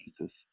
Jesus